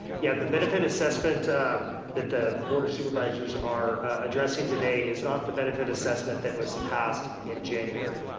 he had the benefit assessment that the board of supervisors are addressing today, is not the benefit assessment that was passed in january,